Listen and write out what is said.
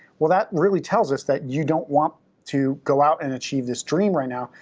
well that really tells us that you don't want to go out and achieve this dream right now,